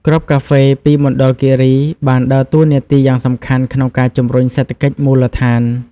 គ្រាប់កាហ្វេពីមណ្ឌលគិរីបានដើរតួនាទីយ៉ាងសំខាន់ក្នុងការជំរុញសេដ្ឋកិច្ចមូលដ្ឋាន។